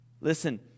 Listen